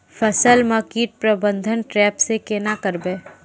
फसल म कीट प्रबंधन ट्रेप से केना करबै?